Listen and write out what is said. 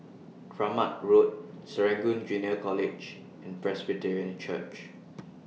Kramat Road Serangoon Junior College and Presbyterian Church